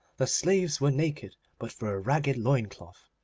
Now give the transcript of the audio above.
the slaves were naked, but for a ragged loin-cloth,